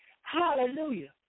Hallelujah